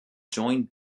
joined